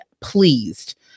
pleased